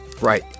right